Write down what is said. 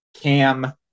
cam